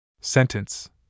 sentence